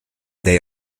they